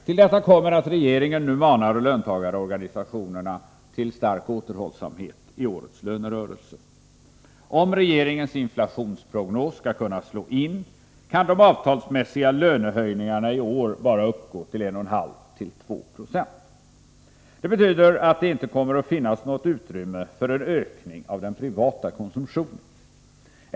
Till detta kommer att regeringen nu manar löntagarorganisationerna till stark återhållsamhet i årets lönerörelse. Om regeringens inflationsprognos skall kunna slå in, kan de avtalsmässiga lönehöjningarna i år uppgå till endast 1,5-2 20. Det betyder att det inte kommer att finnas något utrymme för ökning av den privata konsumtionen.